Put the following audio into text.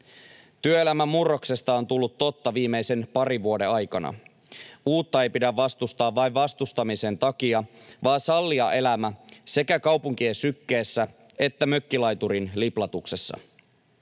Työelämän murroksesta on tullut totta viimeisen parin vuoden aikana. Uutta ei pidä vastustaa vain vastustamisen takia vaan sallia elämä sekä kaupunkien sykkeessä että mökkilaiturin liplatuksessa.